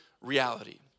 reality